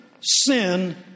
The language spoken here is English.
sin